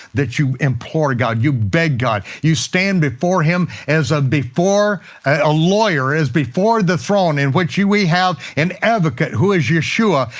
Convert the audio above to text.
that you implore god, you beg god, you stand before him, as ah before a lawyer, as before the throne in which we have an advocate, who is yeshua,